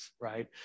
right